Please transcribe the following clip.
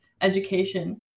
education